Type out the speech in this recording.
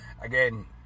Again